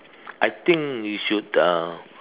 I think you should uh